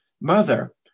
mother